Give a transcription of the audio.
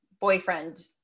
boyfriend